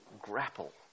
grapple